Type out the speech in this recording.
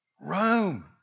Rome